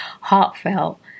heartfelt